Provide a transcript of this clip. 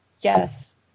yes